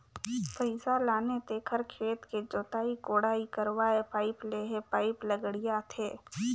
पइसा लाने तेखर खेत के जोताई कोड़ाई करवायें पाइप लेहे पाइप ल गड़ियाथे